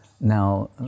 Now